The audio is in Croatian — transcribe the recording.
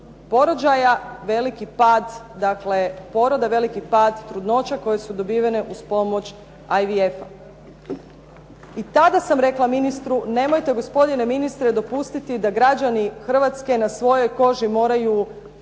porođaja, veliki pada poroda, veliki pad trudnoća koje su dobivene uz pomoć IVF-a. I tada sam rekla ministru nemojte gospodine ministre dopustiti da građani Hrvatske na svojoj koži moraju ispitati